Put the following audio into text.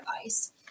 device